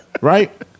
Right